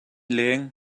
leng